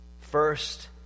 First